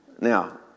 Now